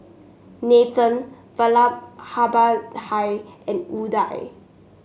Nathan Vallabhbhai and Udai